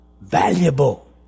valuable